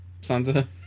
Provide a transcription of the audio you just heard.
Santa